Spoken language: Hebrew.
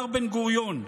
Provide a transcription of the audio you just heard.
אמר בן-גוריון: